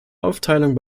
aufteilung